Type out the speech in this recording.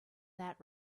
that